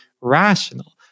rational